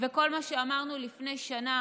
כל מה שאמרנו לפני שנה,